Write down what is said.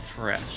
fresh